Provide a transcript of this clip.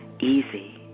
easy